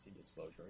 disclosure